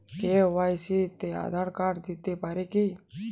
KYC তে Aadhaar card দিতে পারি কি?